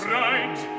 right